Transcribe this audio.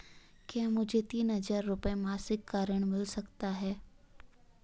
क्या मुझे तीन हज़ार रूपये मासिक का ऋण मिल सकता है?